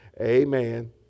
Amen